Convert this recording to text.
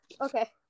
Okay